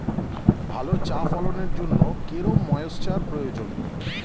ভালো চা ফলনের জন্য কেরম ময়স্চার প্রয়োজন?